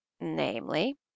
namely